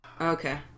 okay